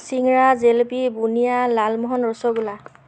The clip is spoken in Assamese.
চিংৰা জেলেপী বুন্দিয়া লালমোহন ৰসগোল্লা